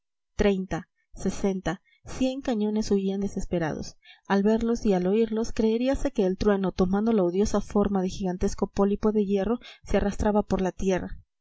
treinta sesenta cien cañones huían desesperados al verlos y al oírlos creeríase que el trueno tomando la odiosa forma de gigantesco pólipo de hierro se arrastraba por la tierra